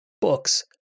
books